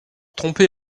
tromper